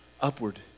upward